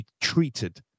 treated